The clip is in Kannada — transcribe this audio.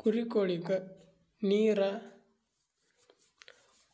ಕುರಿಗೊಳಿಗ್ ನೀರ,